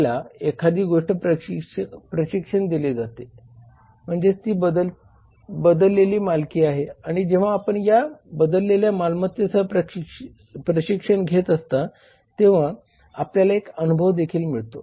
आपल्याला एखाद्या गोष्टीचे प्रशिक्षण दिले जाते म्हणजे ती बदललेली मालकी आहे आणि जेव्हा आपण या बदललेल्या मालमत्तेसह प्रशिक्षण घेत असता तेव्हा आपल्याला एक अनुभव देखील मिळतो